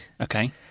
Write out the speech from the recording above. Okay